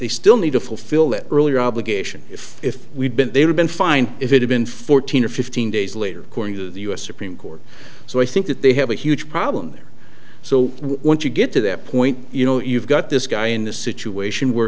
they still need to fulfill that earlier obligation if we've been there been fine if it had been fourteen or fifteen days later according to the u s supreme court so i think that they have a huge problem there so once you get to that point you know you've got this guy in the situation where